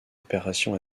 opération